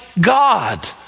God